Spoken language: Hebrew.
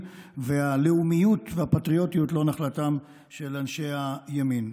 והלאומיות והפטריוטיות לא נחלתם של אנשי הימין.